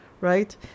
right